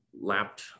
lapped